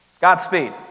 Godspeed